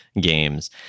games